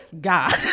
god